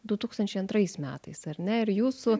du tūkstančiai antrais metais ar ne ir jūsų